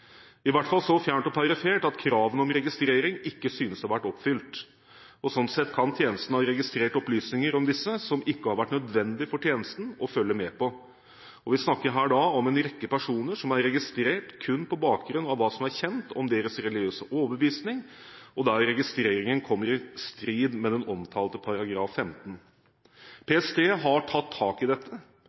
i hvert fall så fjern og perifer at kravene om registrering ikke synes å ha vært oppfylt. Sånn sett kan tjenesten ha registrert opplysninger om disse som ikke ha vært nødvendig for tjenesten å følge med på. Vi snakker her om en rekke personer som er registrert kun på bakgrunn av hva som er kjent om deres religiøse overbevisning, og der registreringen kommer i strid med den omtalte § 15. PST har hatt tak i dette